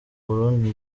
burundi